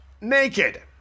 Naked